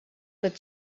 that